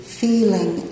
feeling